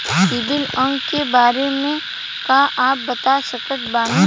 CIBIL अंक के बारे मे का आप बता सकत बानी?